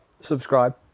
Subscribe